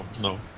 no